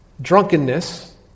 drunkenness